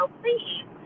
please